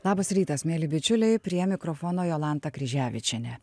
labas rytas mieli bičiuliai prie mikrofono jolanta kryževičienė